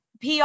PR